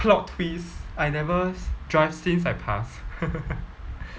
plot twist I never drive since I passed